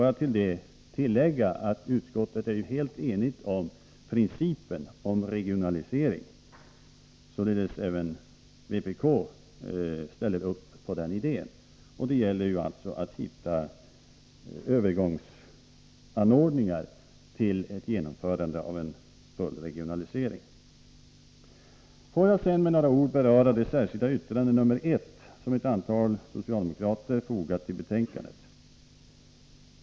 Jag vill bara tillägga att utskottet är helt enigt om principen om regionalisering. Även vpk ställer således upp på den idén. Det har gällt att hitta övergångsanordningar inför en fullt genomförd regionalisering. Jag vill sedan med några ord beröra det särskilda yttrande nr 1 som ett antal socialdemokrater fogat till betänkandet.